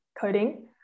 coding